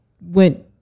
went